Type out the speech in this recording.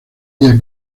ella